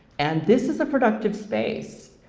and this is a productive space.